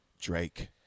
Drake